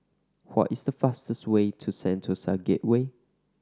what is the fastest way to Sentosa Gateway